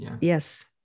Yes